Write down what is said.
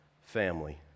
family